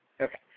Okay